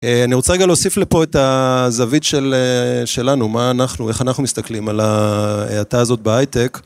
אני רוצה רגע להוסיף לפה את הזווית שלנו, מה אנחנו, איך אנחנו מסתכלים על ההאטה הזאת בהייטק.